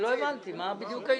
בדיוק.